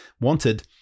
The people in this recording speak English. wanted